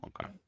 Okay